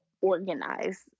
organize